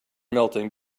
melting